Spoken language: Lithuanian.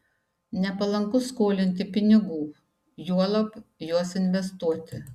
nepalanku skolinti pinigų juolab juos investuoti